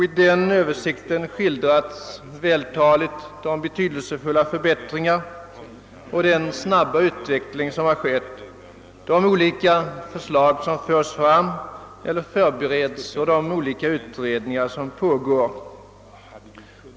I denna Översikt skildras vältaligt de betydelsefulla förbättringar och den snabba utveckling som skett, de olika förslag som framlagts eller som förbereds och de olika utredningar som pågår.